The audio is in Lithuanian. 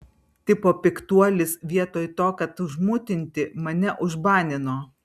tipo piktuolis vietoj to kad užmutinti mane užbanino